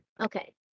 Okay